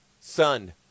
Sun